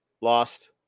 lost